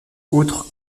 autres